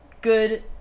good